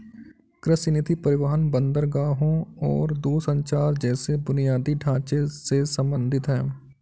कृषि नीति परिवहन, बंदरगाहों और दूरसंचार जैसे बुनियादी ढांचे से संबंधित है